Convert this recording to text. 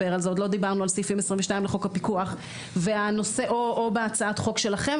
או בהצעת החוק שלכם,